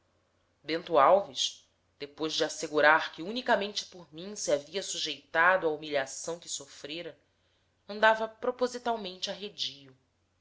bento alves depois de assegurar que unicamente por mim se havia sujeitado à humilhação que sofrera andava propositalmente arredio